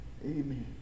Amen